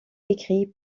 écrit